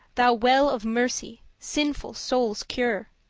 thou well of mercy, sinful soules' cure,